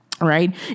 right